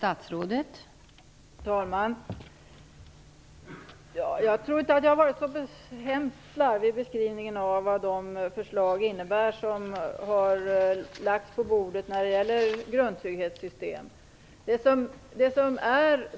Fru talman! Jag tror inte att jag har varit så hemskt slarvig i beskrivningen av vad de förslag om grundtrygghetssystem som har lagts på bordet innebär.